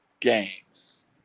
games